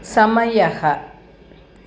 समयः